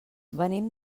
venim